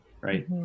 Right